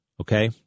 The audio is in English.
okay